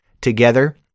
together